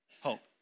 hope